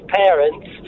parents